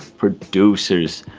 producers.